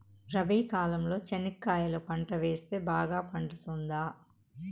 రబి కాలంలో చెనక్కాయలు పంట వేస్తే బాగా పండుతుందా?